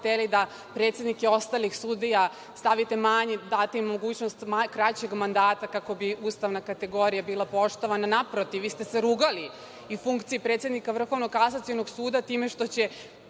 da predsednike ostalih sudova stavite, odnosno date mogućnost kraćeg mandata, kako bi ustavna kategorija bila poštovana. Naprotiv, vi ste se rugali i funkciji predsednika Vrhovnog kasacionog suda time što će